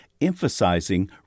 emphasizing